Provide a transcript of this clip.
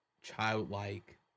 childlike